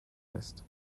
lässt